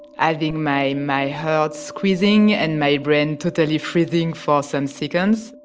having my my heart squeezing and my brain totally freezing for some seconds.